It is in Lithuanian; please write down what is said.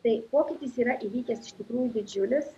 tai pokytis yra įvykęs iš tikrųjų didžiulis